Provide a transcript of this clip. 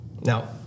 Now